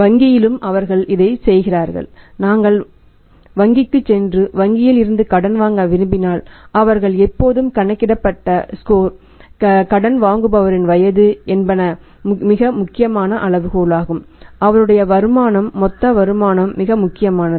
வங்கியிலும் அவர்கள் இதைச் செய்கிறார்கள் நாங்கள் வங்கிகளுக்குச் சென்று வங்கியில் இருந்து கடன் வாங்க விரும்பினால் அவர்கள் எப்போதும் கணக்கிடப்பட்ட ஸ்கோர் கடன் வாங்குபவரின் வயது என்பன மிக முக்கியமான அளவுகோலாகும் அவருடைய வருமான மொத்த வருமானம் மிக முக்கியமானது